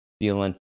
feeling